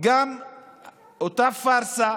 אותה פארסה